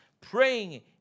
praying